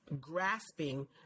grasping